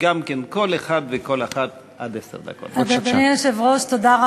יש לאשר את הארכת המועדים בהקדם